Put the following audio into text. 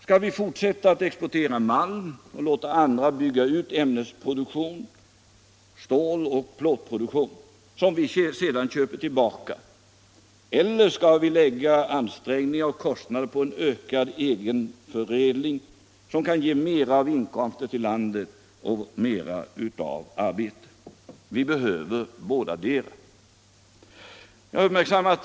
Skall vi fortsätta att exportera malm och låta andra bygga ut ämnesproduktion, ståloch plåtproduktion för att sedan köpa tillbaka de färdiga produkterna? Eller skall vi lägga ansträngningar och kostnader på en ökad egen förädling som kan ge mera inkomster till landet och mera arbete? Vi behöver bådadera.